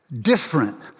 different